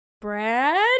Brad